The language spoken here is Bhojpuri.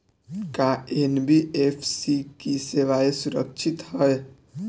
का एन.बी.एफ.सी की सेवायें सुरक्षित है?